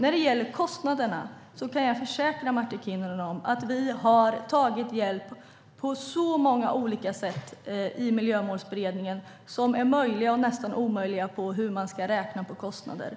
När det gäller kostnaderna kan jag försäkra Martin Kinnunen om att vi i Miljömålsberedningen har tagit hjälp på alla möjliga olika sätt för att räkna på kostnader.